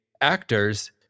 actors